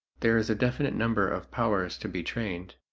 there is a definite number of powers to be trained,